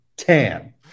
tan